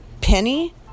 penny